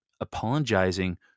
apologizing